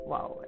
Wow